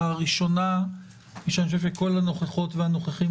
הראשונה היא שאני חושב שכל הנוכחות והנוכחים